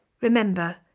Remember